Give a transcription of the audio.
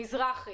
מזרחי